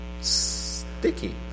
sticky